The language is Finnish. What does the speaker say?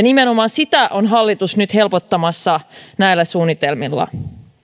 nimenomaan sitä on hallitus nyt helpottamassa näillä suunnitelmilla